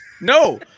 No